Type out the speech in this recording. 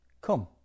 Come